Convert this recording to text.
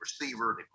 receiver